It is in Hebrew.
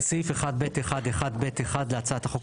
בסעיף 1(ב1)(1)(ב)(1) להצעת החוק,